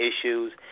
issues